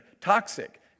toxic